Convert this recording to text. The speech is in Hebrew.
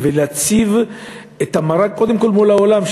להציב את המראה קודם כול מול העולם,